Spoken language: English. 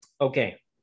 Okay